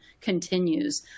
continues